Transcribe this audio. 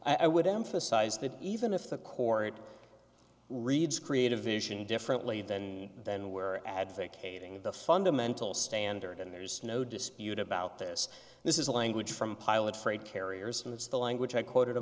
and i would emphasize that even if the court reads creative vision differently than than where advocating the fundamental standard and there's no dispute about this this is a language from a pilot for a carriers and it's the language i quoted a